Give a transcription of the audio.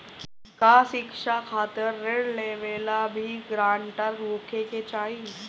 का शिक्षा खातिर ऋण लेवेला भी ग्रानटर होखे के चाही?